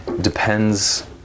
depends